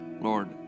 lord